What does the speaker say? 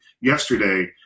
yesterday